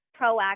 proactive